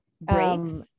Breaks